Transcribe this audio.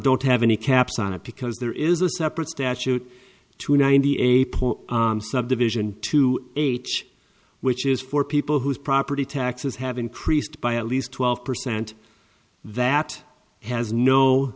don't have any caps on it because there is a separate statute to ninety eight point subdivision to age which is for people whose property taxes have increased by at least twelve percent that has no